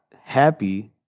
happy